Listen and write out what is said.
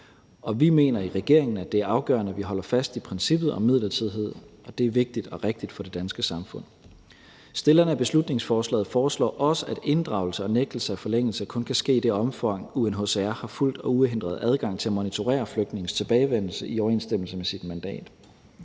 og vi mener i regeringen, at det er afgørende, at vi holder fast i princippet om midlertidighed, og at det er vigtigt og rigtigt for det danske samfund. Stillerne af borgerforslaget foreslår også, at inddragelse og nægtelse af forlængelse kun kan ske, i det omfang UNHCR i overensstemmelse med sit mandat har fuld og uhindret adgang til at monitorere flygtningenes tilbagevenden. Udlændingemyndighederne